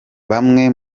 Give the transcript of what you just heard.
bamwe